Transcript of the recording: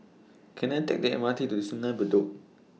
Can I Take The M R T to Sungei Bedok